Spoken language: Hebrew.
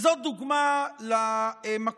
וזאת דוגמה למקום